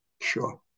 Sure